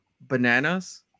bananas